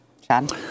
Chad